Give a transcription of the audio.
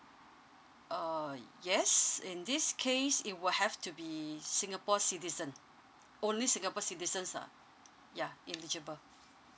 uh yes in this case it will have to be singapore citizen only singapore citizens are yeah eligible